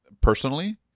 personally